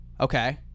Okay